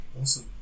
Awesome